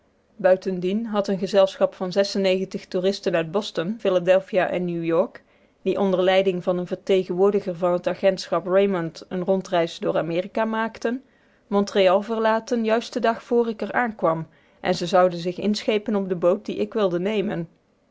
buitendien had een gezelschap van toeristen uit boston philadelphia en new-york die onder leiding van een vertegenwoordiger van het agentschap raymond een rondreis door amerika maakten montreal verlaten juist den dag vr ik er aankwam en ze zouden zich inschepen op de boot die ik wilde nemen